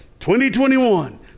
2021